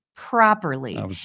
properly